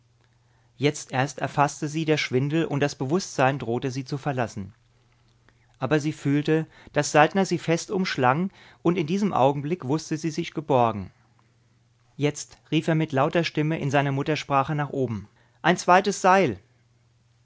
jetzt erst erfaßte sie der schwindel und das bewußtsein drohte sie zu verlassen aber sie fühlte daß saltner sie fest umschlang und in diesem augenblick wußte sie sich geborgen jetzt rief er mit lauter stimme in seiner muttersprache nach oben ein zweites seil